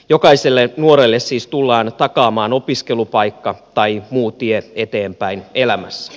jokaiselle nuorelle siis tullaan takaamaan opiskelupaikka tai muu tie eteenpäin elämässä